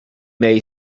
may